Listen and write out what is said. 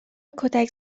کتک